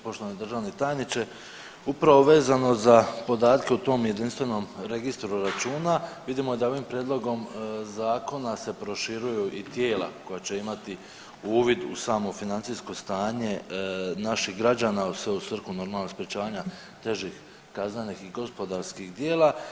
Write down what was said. Poštovani državni tajniče, upravo vezano za podatke u tom jedinstvenom registru računa vidimo da ovim prijedlogom zakona se proširuju i tijela koja će imati uvid u samo financijsko stanje naših građana sve u svrhu normalno sprječavanja težih kaznenih i gospodarskih dijela.